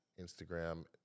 Instagram